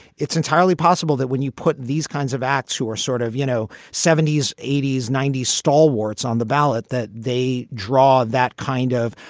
it's entirely possible that when you put these kinds of acts who are sort of, you know, seventy s, eighty s, ninety s stalwarts on the ballot, that they draw that kind of.